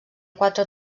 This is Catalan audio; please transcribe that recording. quatre